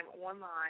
online